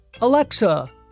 Alexa